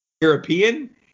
European